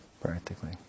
practically